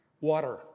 water